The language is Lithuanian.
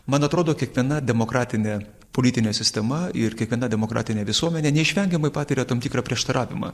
man atrodo kiekviena demokratinė politinė sistema ir kiekviena demokratinė visuomenė neišvengiamai patiria tam tikrą prieštaravimą